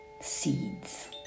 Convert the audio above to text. seeds